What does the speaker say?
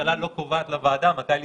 הממשלה לא קובעת לוועדה מתי להתכנס.